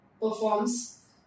performs